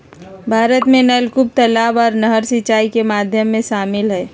भारत में नलकूप, तलाब आर नहर सिंचाई के माध्यम में शामिल हय